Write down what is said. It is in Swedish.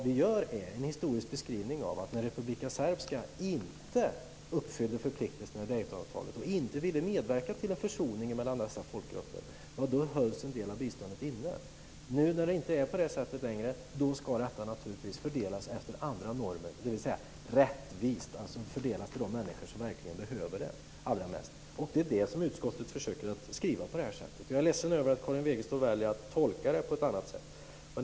Vi gör en historisk beskrivning av att när Republika Srpska inte uppfyllde förpliktelserna i Daytonavtalet och inte ville medverka till en försoning mellan folkgrupperna så hölls en del av biståndet inne. Nu när det inte är på det sättet längre så ska biståndet naturligtvis fördelas efter andra normer, dvs. rättvist och till de människor som verkligen behöver det allra mest. Det är detta som utskottet försöker att beskriva på det här sättet. Jag är ledsen över att Karin Wegestål väljer att tolka det på ett annat sätt.